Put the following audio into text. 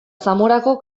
zamorako